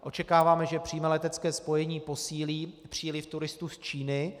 Očekáváme, že přímé letecké spojení posílí příliv turistů z Číny.